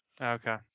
Okay